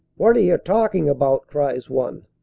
what're you talking about? cries one.